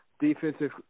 defensive